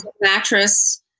Mattress